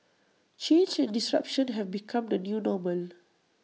change and disruption have become the new normal